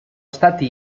stati